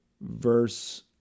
verse